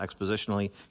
expositionally